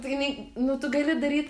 tai jinai nu tu gali daryt